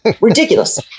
ridiculous